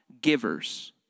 givers